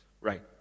Right